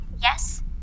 Yes